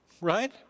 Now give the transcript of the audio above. right